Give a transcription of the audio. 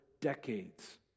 decades